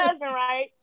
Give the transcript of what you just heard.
right